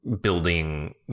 building